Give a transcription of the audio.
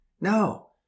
No